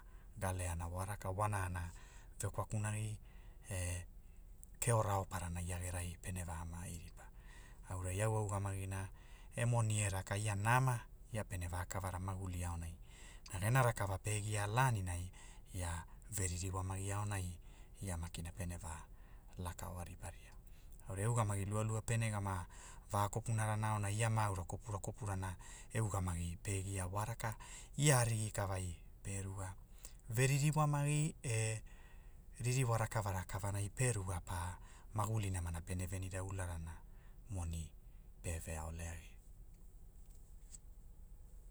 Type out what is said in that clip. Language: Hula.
Ga leana wa raka wanana, vekwakunagi, e keo raoparana ia gerai pene va maai ripa, aurai au ugamagina e moni e raka ia nama, ia pene vakavara maguli aonai, magi aonai, ia makina pene va, lakaoa riparia, aurai ugamagi lualua pene gama va kopurana aonai ia maaura kopura kopurana e ugamagi pe gia wa raka ia arigi kavai, pe ruga, ve ririwamagi e, ririwa rakava rakavanai pe ruga pa, maguli namana pene venira ulurana moni, pe vealea agi